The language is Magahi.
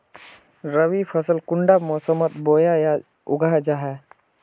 रवि फसल कुंडा मोसमोत बोई या उगाहा जाहा?